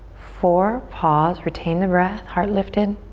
four. pause, retain the breath. heart lifted.